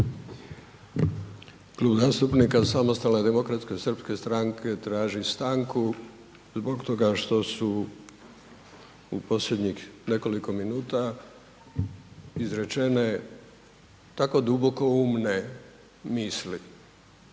Kluba zastupnika SDSS-a traži stanku zbog toga što su u posljednjih nekoliko minuta izrečene tako dubokoumne misli